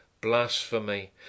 blasphemy